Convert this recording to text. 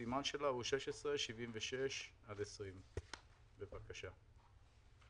רשימה מספר 16-76-20. בבקשה.